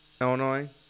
Illinois